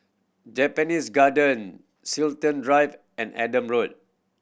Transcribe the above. Japanese Garden Chiltern Drive and Adam Road